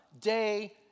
day